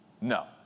No